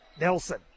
Nelson